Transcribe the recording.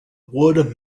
wood